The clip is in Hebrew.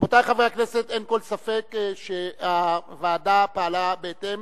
רבותי חברי הכנסת, אין כל ספק שהוועדה פעלה בהתאם